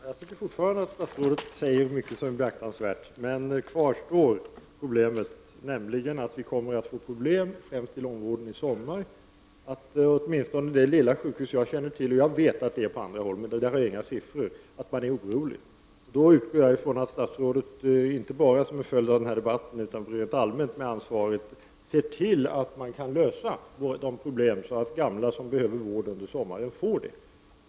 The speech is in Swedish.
Fru talman! Arbetsmarknadsministern fortsätter att säga mycket som är beaktansvärt, men problemet kvarstår. Det kommer att bli problem främst inom långvården i sommar. På det lilla sjukhus som jag känner till — och jag vet att förhållandena är desamma på andra håll — är man orolig. Jag utgår därför ifrån att det statsråd som har ansvaret, inte bara som en följd av denna debatt utan rent allmänt, ser till att man kan lösa problemen så att gamla som behöver vård under sommaren får vård.